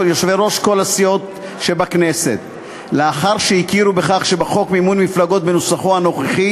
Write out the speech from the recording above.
סיעות הכנסת לאחר שהכירו בכך שבחוק מימון מפלגות בנוסחו הנוכחי